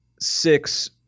six